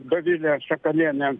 dovilė šakalienė